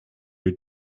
your